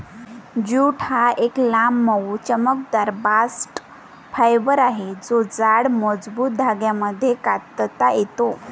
jute हा एक लांब, मऊ, चमकदार बास्ट फायबर आहे जो जाड, मजबूत धाग्यांमध्ये कातता येतो